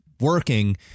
working